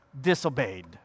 disobeyed